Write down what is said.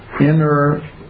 inner